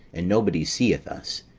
and nobody seeth us,